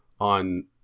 on